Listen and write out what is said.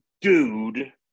dude